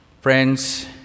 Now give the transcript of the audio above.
Friends